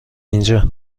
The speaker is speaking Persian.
اینجا